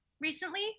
recently